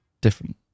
different